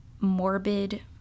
morbid